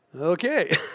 Okay